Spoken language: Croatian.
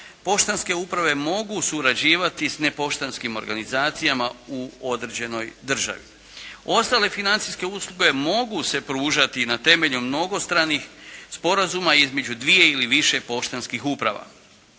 poštanske uprave mogu surađivati s nepoštanskim organizacijama u određenoj državi. Ostale financijske usluge mogu se pružati na temelju mnogostranih sporazuma između dvije ili više poštanskih uprava.